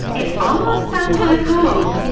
it almost sounds like home.